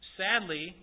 sadly